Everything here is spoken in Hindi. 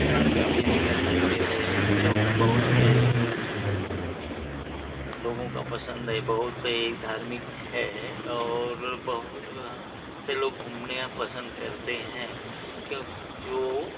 मार्कण्डेय जी का मन्दिर है जो कि बहुत लोगों को पसन्द है बहुत धार्मिक है और बहुत से लोग घूमना यहाँ पसन्द करते हैं क्यों